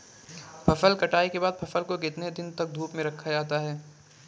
फसल कटाई के बाद फ़सल को कितने दिन तक धूप में रखा जाता है?